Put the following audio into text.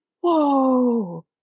whoa